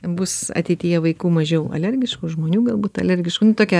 bus ateityje vaikų mažiau alergiškų žmonių galbūt alergiškų nu tuokia